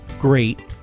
great